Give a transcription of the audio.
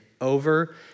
over